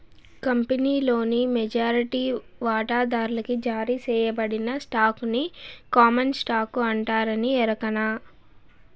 కంపినీలోని మెజారిటీ వాటాదార్లకి జారీ సేయబడిన స్టాకుని కామన్ స్టాకు అంటారని ఎరకనా